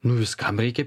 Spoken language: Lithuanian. nu viskam reikia